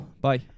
Bye